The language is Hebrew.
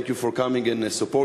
thank you for coming and supporting